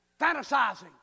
fantasizing